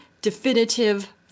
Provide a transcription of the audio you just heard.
definitive